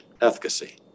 efficacy